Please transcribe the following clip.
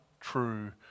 true